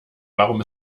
warum